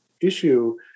issue